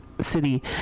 city